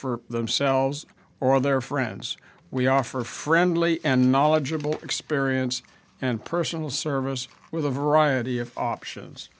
for themselves or their friends we offer a friendly and knowledgeable experience and personal service with a variety of options